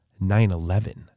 911